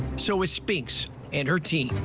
so is spinks and her team.